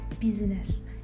business